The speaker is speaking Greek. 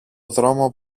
δρόμο